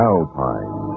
Alpine